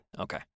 Okay